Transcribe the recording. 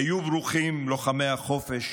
היו ברוכים, לוחמי החופש,